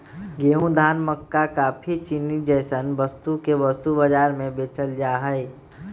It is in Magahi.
गेंहूं, धान, मक्का काफी, चीनी जैसन वस्तु के वस्तु बाजार में बेचल जा हई